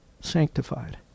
sanctified